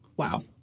wow.